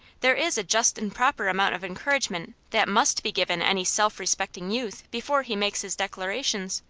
there is a just and proper amount of encouragement that must be given any self-respecting youth, before he makes his declarations.